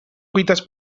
cuites